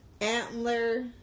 antler